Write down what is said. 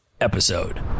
episode